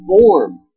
form